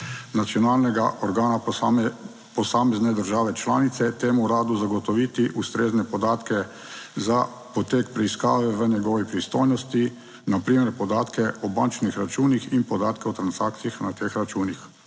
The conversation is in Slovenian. nacionalnega organa posamezne države članice temu uradu zagotoviti ustrezne podatke. Za potek preiskave v njegovi pristojnosti, na primer podatke o bančnih računih in podatke o transakcijah na teh računih.